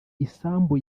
isambu